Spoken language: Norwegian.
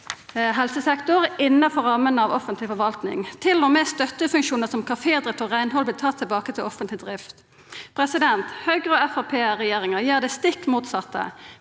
helsesektor innanfor rammene av offentleg forvaltning. Til og med støttefunksjonar som kafédrift og reinhald vart tatt tilbake til offentleg drift. Høgre–Framstegsparti-regjeringa gjer det stikk motsette.